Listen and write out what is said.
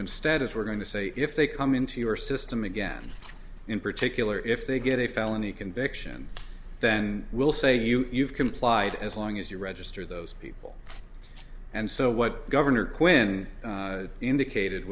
instead is we're going to say if they come into your system again in particular if they get a felony conviction then we'll say you've complied as long as you register those people and so what governor quinn indicated